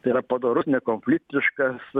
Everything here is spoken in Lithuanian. tai yra padorus nekonfliktiškas